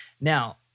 Now